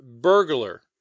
burglar